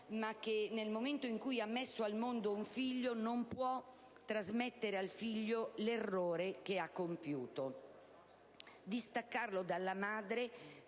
grazie.